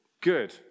Good